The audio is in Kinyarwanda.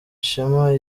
ishema